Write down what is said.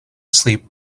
sleep